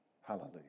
Hallelujah